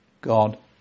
God